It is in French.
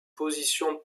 position